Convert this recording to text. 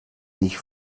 nicht